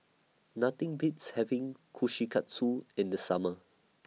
Nothing Beats having Kushikatsu in The Summer